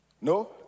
No